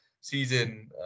season